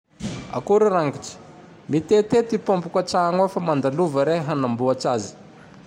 Akory ragnitse, mitete ty mpômpiko an-tragno ao fa mandalova rehe hanamboatr'azy.